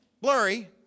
blurry